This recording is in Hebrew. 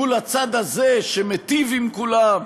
מול הצד הזה שמיטיב עם כולם,